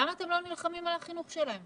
למה אתם לא נלחמים על החינוך שלהם?